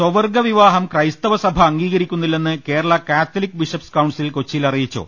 സ്വവർഗു വിവാഹം ക്രൈസ്തവസഭ അംഗീകരിക്കുന്നില്ലെന്ന് Kerala catholic bishop council കൊച്ചിയിൽ അറിയിച്ചു